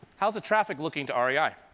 how's the traffic looking to ah yeah